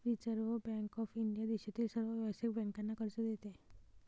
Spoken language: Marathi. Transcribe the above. रिझर्व्ह बँक ऑफ इंडिया देशातील सर्व व्यावसायिक बँकांना कर्ज देते